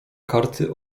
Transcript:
karty